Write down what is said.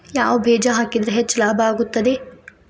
ಯಾವ ಬೇಜ ಹಾಕಿದ್ರ ಹೆಚ್ಚ ಲಾಭ ಆಗುತ್ತದೆ?